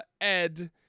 Ed